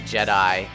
Jedi